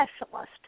specialist